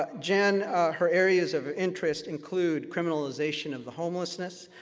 ah jen her areas of interest include criminalization of the homelessness,